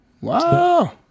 Wow